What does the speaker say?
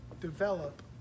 develop